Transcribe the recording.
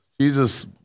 Jesus